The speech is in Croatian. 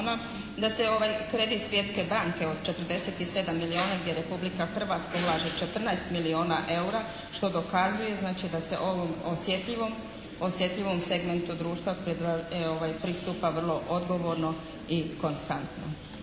ovaj kredit Svjetske banke od 47 milijuna gdje Republika Hrvatska ulaže 14 milijuna EUR-a što dokazuje znači da se ovom osjetljivom, osjetljivom segmentu društva pristupa vrlo odgovorno i konstantno.